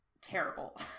terrible